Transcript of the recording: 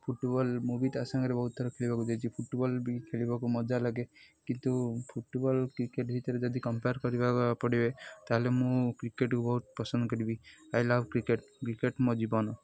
football ମୁଁ ବି ତା ସାଙ୍ଗରେ ବହୁତ ଥର ଖେଳିବାକୁ ଯାଇଛି ଫୁଟ୍ବଲ୍ ବି ଖେଳିବାକୁ ମଜା ଲାଗେ କିନ୍ତୁ ଫୁଟ୍ବଲ୍ କ୍ରିକେଟ୍ ଭିତରେ ଯଦି କମ୍ପେୟାର୍ କରିବାକୁ ପଡ଼େ ତା'ହେଲେ ମୁଁ କ୍ରିକେଟ୍କୁ ବହୁତ ପସନ୍ଦ କରିବି ଆଇ ଲଭ୍ କ୍ରିକେଟ୍ କ୍ରିକେଟ୍ ମୋ ଜୀବନ